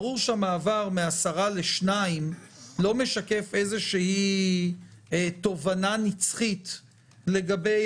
ברור שהמעבר מעשרה לשניים לא משקף איזו תובנה נצחית לגבי